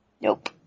Nope